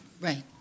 Right